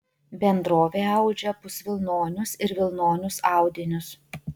bendrovė audžia pusvilnonius ir vilnonius audinius